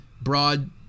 Broad